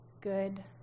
good